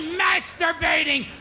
masturbating